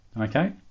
Okay